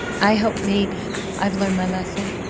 i hope maybe i've learned my lesson,